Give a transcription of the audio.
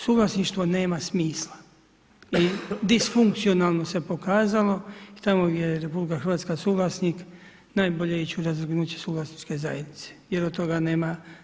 Suvlasništvo nema smisla i disfunkcionalno se pokazalo tamo gdje je Rh suvlasnik, najbolje je ići u razvrgnuće suvlasničke zajednice jer od toga nema.